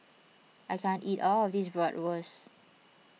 I can't eat all of this Bratwurst